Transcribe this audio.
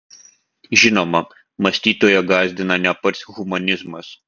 žinoma mąstytoją gąsdina ne pats humanizmas